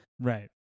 right